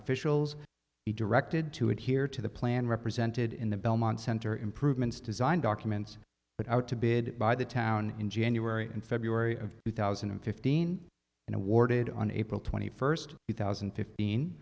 officials he directed to adhere to the plan represented in the belmont center improvements design documents but out to bid by the town in january and february of two thousand and fifteen and awarded on april twenty first two thousand and fifteen